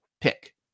pick